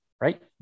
right